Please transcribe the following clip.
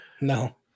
No